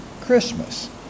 Christmas